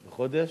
בחודש?